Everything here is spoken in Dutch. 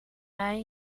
mei